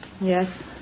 Yes